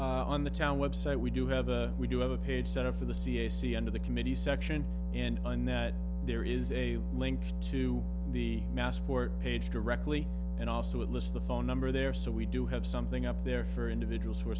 man on the town website we do have a we do have a page set up for the cac end of the committee section and and that there is a link to the massport page directly and also it lists the phone number there so we do have something up there for individuals who are